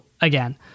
again